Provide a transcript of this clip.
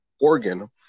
organ